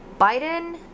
Biden